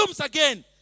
again